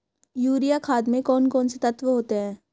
Urea खाद में कौन कौन से तत्व होते हैं?